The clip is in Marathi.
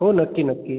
हो नक्की नक्की